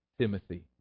Timothy